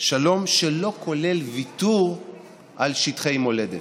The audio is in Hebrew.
שלום שלא כולל ויתור על שטחי מולדת,